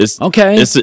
Okay